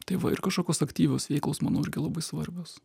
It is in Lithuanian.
tai va ir kažkokios aktyvios veiklos manau irgi labai svarbios